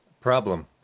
Problem